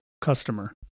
customer